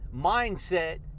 mindset